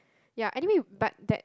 ya anyway but that